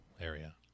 area